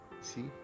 see